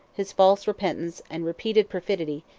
his false repentance and repeated perfidy,